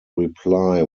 reply